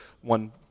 one